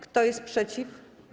Kto jest przeciw?